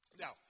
Now